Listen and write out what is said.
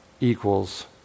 equals